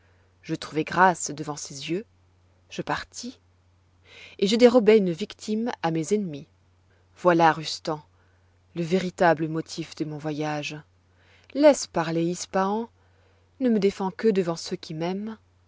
je trouvai grâce devant ses yeux je partis et je dérobai une victime à mes ennemis voilà rustan le véritable motif de mon voyage laisse parler ispahan ne me défends que devant ceux qui m'aiment